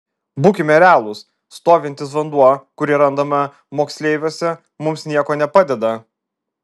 būkime realūs stovintis vanduo kurį randame moksleiviuose mums nieko nepadeda